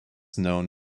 known